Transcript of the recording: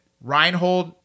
Reinhold